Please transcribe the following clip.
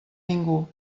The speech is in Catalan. ningú